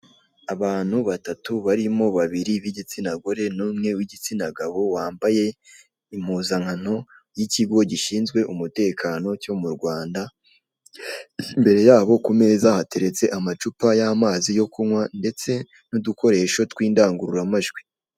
Abantu batatu, barimo babiri b'igitsina gore, n'uwe w'igitsina gabo, wambaye impuzankano y'ikigo gishinzwe umutekano, cyo mu Rwanda, imbere yabo ku meza hateretse amazi yo kunywa ndetse n'udukoresho tw'indangururamajwi.